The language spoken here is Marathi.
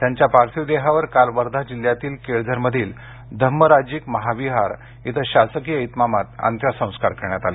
त्यांच्या पार्थिव देहावर काल वर्धा जिल्ह्यातील केळझरमधील धम्मराजिक महाविहार इथं शासकीय इतमामात अंत्यसंस्कार करण्यात आले